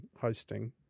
hosting